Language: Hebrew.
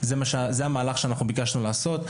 זה המהלך שאנחנו ביקשנו לעשות.